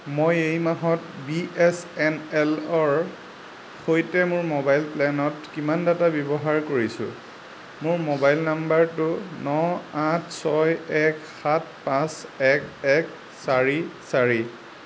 মই এই মাহত বি এছ এন এলৰ সৈতে মোৰ মোবাইল প্লেনত কিমান ডাটা ব্যৱহাৰ কৰিছোঁ মোৰ মোবাইল নাম্বাৰটো ন আঠ ছয় এক সাত পাঁচ এক এক চাৰি চাৰি